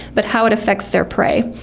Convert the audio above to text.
but how it affects their prey.